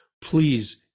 Please